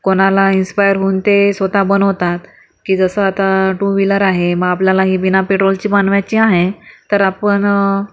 कोणाला इन्स्पायर होऊन ते स्वतः बनवतात की जसं आता टू व्हीलर आहे मग आपल्याला ही बिना पेट्रोलची बनवायची आहे तर आपण